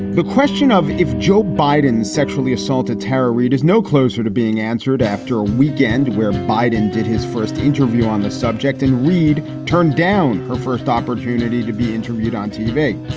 the question of if joe biden sexually assaulted terror. reid is no closer to being answered after a weekend where biden did his first interview on the subject and reid turned down her first opportunity to be interviewed on tv.